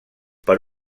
per